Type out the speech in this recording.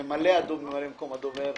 ממלא מקום הדובר,